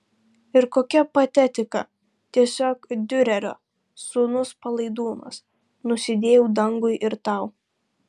ir kokia patetika tiesiog diurerio sūnus palaidūnas nusidėjau dangui ir tau